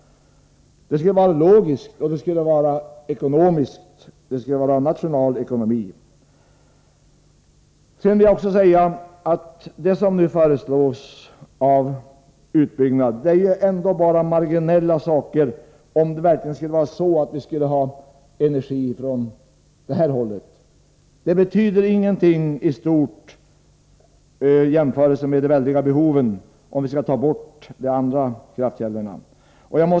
Det skulle vara logiskt och ekonomiskt — det skulle vara nationalekonomi. Sedan vill jag säga att vad som nu föreslås ändå är marginellt, om det verkligen är så att vi skall ta energi från det här hållet. Det har ingen betydelse, om man tänker på de väldiga behoven, om vi inte räknar med de andra kraftkällorna.